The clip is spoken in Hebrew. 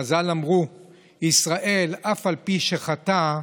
חז"ל אמרו על ישראל, "אף על פי שחטא,